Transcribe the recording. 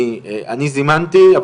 אני זימנתי,